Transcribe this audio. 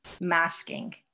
masking